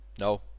No